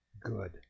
good